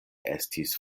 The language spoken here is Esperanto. estis